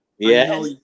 Yes